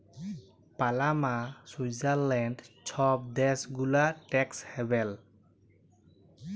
Panama, Switzerland ছব দ্যাশ গুলা ট্যাক্স হ্যাভেল